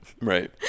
Right